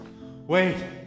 Wait